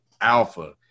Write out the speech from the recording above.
Alpha